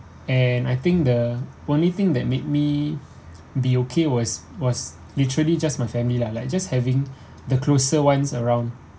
and I think the only thing that made me the okay was was literally just my family lah like just having the closer ones around